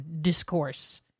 discourse